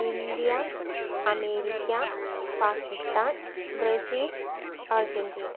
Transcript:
India America Pakistan Brazil Argentina